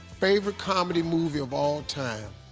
favorite comedy movie of all time,